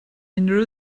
unrhyw